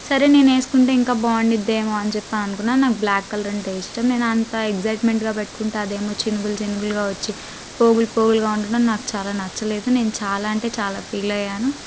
సరే నేను వేసుకుంటే ఇంకా బాగుండెద్దెమొ అని అనుకున్నాను నాకు బ్ల్యాక్ కలర్ అంటే ఇష్టం నేనెంత ఎగ్జాట్ మెంట్గా పెట్టుకుంటే అదేమో చినుకుల చినుకులుగా వచ్చి పోగులు పోగులుగా ఉండటం నాకు చాలా నచ్చలేదు నేను చాలా అంటే చాలా ఫీలయ్యాను